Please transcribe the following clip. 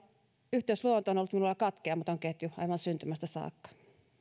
yhteys luontoon on ollut minulla katkeamaton ketju aivan syntymästä saakka